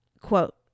Quote